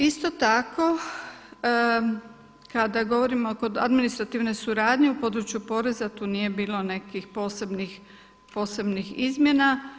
Isto tako kada govorimo kod administrativne suradnje u području poreza tu nije bilo nekih posebnih izmjena.